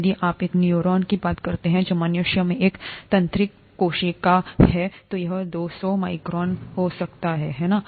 यदि आप एक न्यूरॉन की बात करते हैं जो मनुष्यों में एक तंत्रिका कोशिका है तो यह दो सौ माइक्रोन हो सकता है है ना